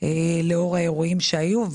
לאור האירועים שהיו,